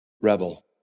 Rebel